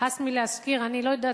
הס מלהזכיר, אני לא יודעת.